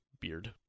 beard